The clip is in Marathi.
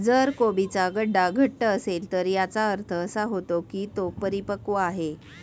जर कोबीचा गड्डा घट्ट असेल तर याचा अर्थ असा होतो की तो परिपक्व आहे